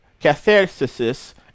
catharsis